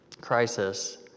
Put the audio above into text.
crisis